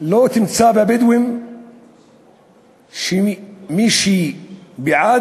לא תמצא בין הבדואים מי שבעדה.